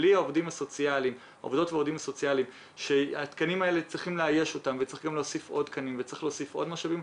צריך לאייש את התקנים וצריך להוסיף עוד תקנים ועוד משאבים.